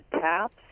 TAPS